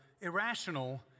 irrational